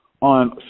on